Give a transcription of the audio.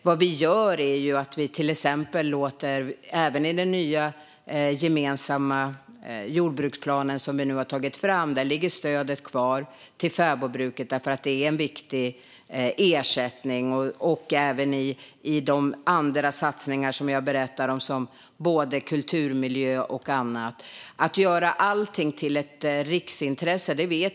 Vad vi gör är till exempel att vi i den nya gemensamma jordbruksplanen, som vi nu har tagit fram, låter stödet till fäbodbruket ligga kvar, eftersom det är en viktig ersättning. Vi gör även, som jag berättade om, satsningar på kulturmiljö och annat. Allting behöver inte göras till riksintressen.